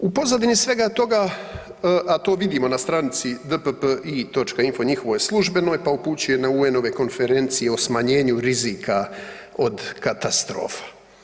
U pozadini svega toga, a to vidimo na stranici dppi.info u njihovoj službenoj pa upućuje na UN-ove konferencije o smanjenju rizika od katastrofa.